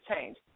change